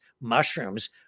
mushrooms